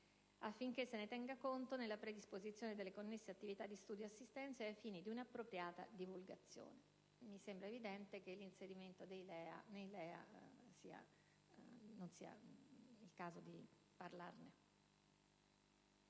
affinché se ne tenga conto nella predisposizione delle connesse attività di studio e assistenza e ai fini di una appropriata divulgazione. Mi sembra evidente che non sia il caso di parlare